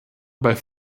bei